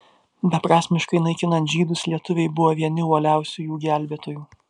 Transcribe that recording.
beprasmiškai naikinant žydus lietuviai buvo vieni uoliausių jų gelbėtojų